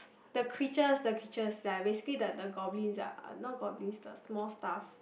the creatures the creatures ya basically the the goblins lah not goblins the small stuff